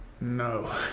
no